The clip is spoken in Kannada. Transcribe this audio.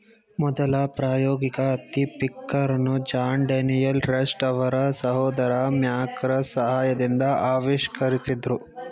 ಮೊದಲ ಪ್ರಾಯೋಗಿಕ ಹತ್ತಿ ಪಿಕ್ಕರನ್ನು ಜಾನ್ ಡೇನಿಯಲ್ ರಸ್ಟ್ ಅವರ ಸಹೋದರ ಮ್ಯಾಕ್ ರಸ್ಟ್ ಸಹಾಯದಿಂದ ಆವಿಷ್ಕರಿಸಿದ್ರು